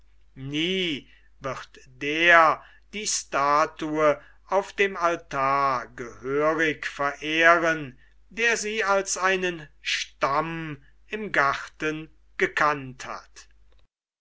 nie wird der die statue auf dem altar gehörig verehren der sie als einen stamm im garten gekannt hat